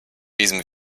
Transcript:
diesem